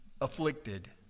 afflicted